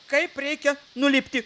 kaip reikia nulipti